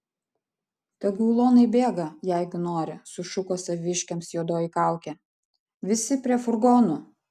tegu ulonai bėga jeigu nori sušuko saviškiams juodoji kaukė visi prie furgonų